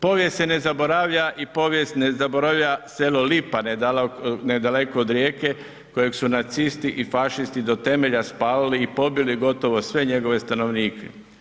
Povijest se ne zaboravlja i povijest ne zaboravlja selo Lipa nedaleko od Rijeke koje su nacisti i fašisti do temelja spalili i pobili gotovo sve njegove stanovnike.